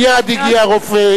מייד הגיע רופא,